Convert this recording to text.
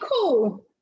cool